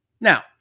Now